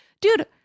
dude